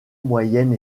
moyenne